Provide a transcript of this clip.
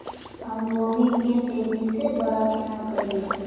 हम गोभी के तेजी से बड़ा केना करिए?